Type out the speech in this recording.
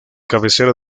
cabecera